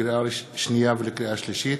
לקריאה שנייה ולקריאה שלישית: